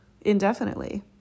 indefinitely